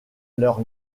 leur